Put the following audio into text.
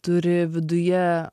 turi viduje